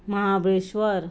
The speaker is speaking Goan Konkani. महाबळेश्वर